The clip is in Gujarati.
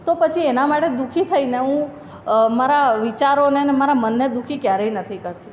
તો પછી એના માટે દુઃખી થઈને હું મારા વિચારોને અને મારા મનને દુઃખી ક્યારેય નથી કરતી